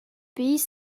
pays